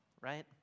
right